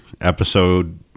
episode